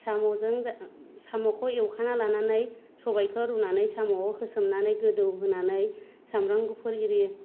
साम'जों साम'खौ एवखाना लानानै सबाइखौ रुनानै सामवाव होसननानै गोदौहोनानै सामब्राम गुफुर एरि